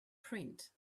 print